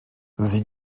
sie